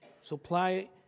supply